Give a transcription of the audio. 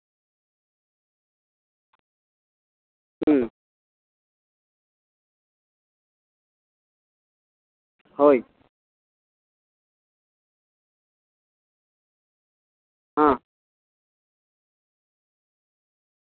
ᱦᱳᱭ ᱦᱮᱸ